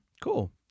Cool